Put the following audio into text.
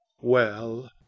Well